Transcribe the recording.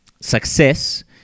success